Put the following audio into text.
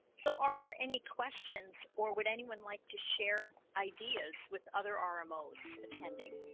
so are there any questions or would anyone like to share ideas with otherrmos attending?